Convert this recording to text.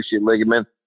ligament